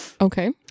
Okay